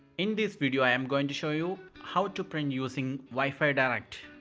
in this video i am going to show you how to print using wi-fi direct.